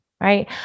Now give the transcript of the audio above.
right